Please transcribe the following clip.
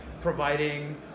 providing